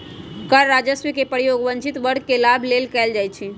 कर राजस्व के प्रयोग वंचित वर्ग के लाभ लेल कएल जाइ छइ